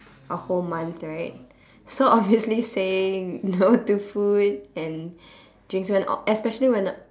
a whole month right so obviously saying no to food and drinks when a~ especially when